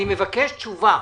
אני מבקש תשובה.